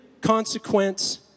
consequence